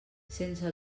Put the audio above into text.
sense